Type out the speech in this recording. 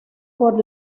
por